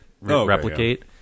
replicate